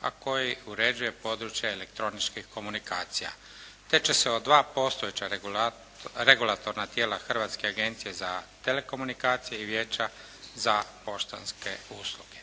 a koji uređuje područje elektroničkih komunikacija. Te će se od dva postojeća regulatorna tijela Hrvatske agencije za telekomunikacije i Vijeća za poštanske usluge.